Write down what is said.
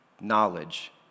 knowledge